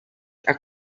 are